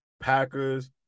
Packers